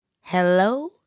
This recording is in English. Hello